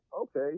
okay